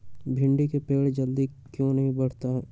भिंडी का पेड़ जल्दी क्यों नहीं बढ़ता हैं?